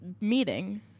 meeting